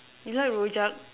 you like rojak